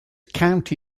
county